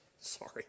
Sorry